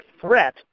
threat